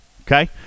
Okay